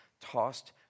tossed